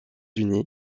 unis